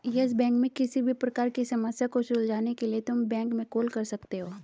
yes Bank में किसी भी प्रकार की समस्या को सुलझाने के लिए तुम बैंक में कॉल कर सकते हो